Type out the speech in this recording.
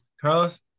Carlos